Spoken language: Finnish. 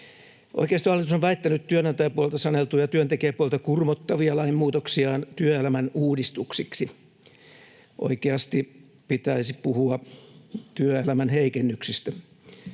Oikeistohallitus on väittänyt työnantajapuolelta saneltuja, työntekijäpuolta kurmottavia lainmuutoksiaan työelämän uudistuksiksi. Oikeasti pitäisi puhua työelämän heikennyksistä.